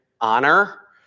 honor